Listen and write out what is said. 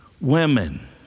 Women